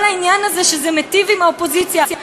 כל העניין הזה שזה מיטיב עם האופוזיציה,